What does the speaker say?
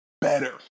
better